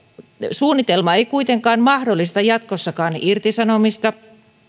suunnitelma ei kuitenkaan mahdollista jatkossakaan irtisanomista